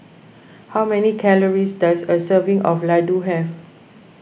how many calories does a serving of Ladoo have